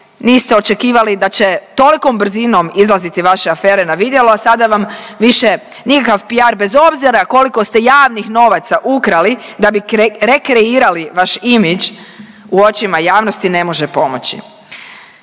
niste očekivali da će tolikom brzinom izlaziti vaše afere na vidjelo, a sada vam više nikakav PR bez obzira koliko ste javnih novaca ukrali da bi rekreirali vaš imidž u očima javnosti ne može pomoći.